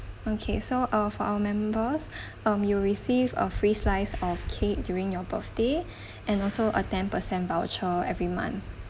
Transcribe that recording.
okay so uh for our members um you will receive a free slice of cake during your birthday and also a ten percent voucher every month